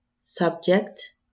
Subject